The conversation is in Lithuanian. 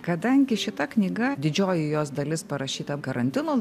kadangi šita knyga didžioji jos dalis parašyta karantino